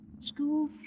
School